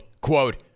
Quote